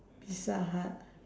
pizza-hut